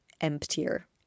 emptier